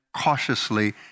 cautiously